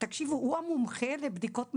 הוא המומחה לבדיקות מעבדה,